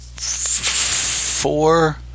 Four